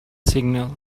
signal